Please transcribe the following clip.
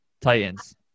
Titans